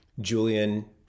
Julian